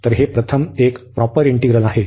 तर हे प्रथम एक प्रॉपर इंटिग्रल आहे